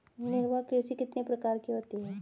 निर्वाह कृषि कितने प्रकार की होती हैं?